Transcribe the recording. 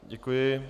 Děkuji.